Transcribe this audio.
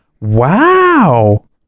Wow